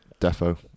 defo